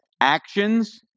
actions